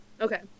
Okay